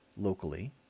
locally